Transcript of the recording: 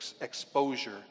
exposure